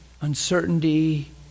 uncertainty